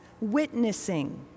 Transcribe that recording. witnessing